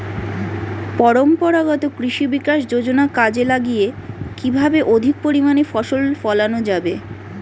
পরম্পরাগত কৃষি বিকাশ যোজনা কাজে লাগিয়ে কিভাবে অধিক পরিমাণে ফসল ফলানো যাবে?